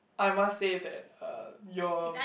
I must say that uh your